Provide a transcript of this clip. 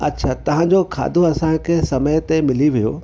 अच्छा तव्हांजो खाधो असांखे समय ते मिली वियो